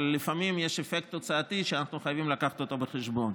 אבל לפעמים יש אפקט תוצאתי שאנחנו חייבים להביא אותו בחשבון.